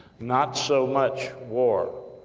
not so much, war